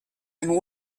and